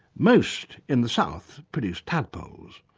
most in the south produce tadpoles.